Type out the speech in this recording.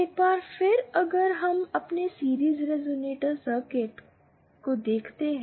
एक बार फिर अगर हम अपने सीरिज़ रिजोनेटर सर्किट करते हैं